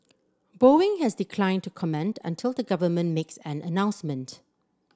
Boeing has declined to comment until the government makes an announcement